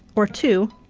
or two,